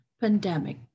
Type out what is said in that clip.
pandemic